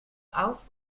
auf